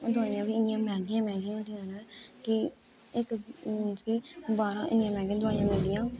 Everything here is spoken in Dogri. दवाइयां बी इन्नियां मैंह्गियां मैंह्गियां होंदियां न कि इक मतलब कि बाह्रा इन्नियां मैंह्गियां दोआइयां मिलदियां